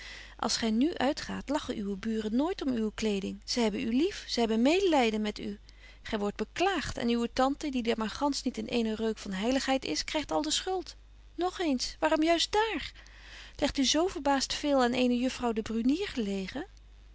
als gy nu uitgaat lachen uwe buuren nooit om uwe kleding zy hebben u lief zy hebben medelyden met u gy wordt betje wolff en aagje deken historie van mejuffrouw sara burgerhart beklaagt en uwe tante die daar maar gansch niet in eenen reuk van heiligheid is krygt al de schuld nog eens waarom juist dààr legt u zo verbaast veel aan eene juffrouw de brunier gelegen